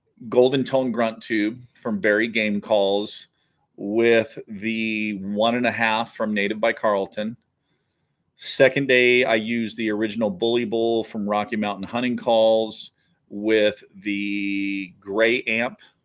golden tone grunt tube from barry game calls with the one and a half from native by carlton second day i used the original bully bowl from rocky mountain hunting calls with the gray amp